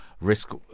risk